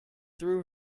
threw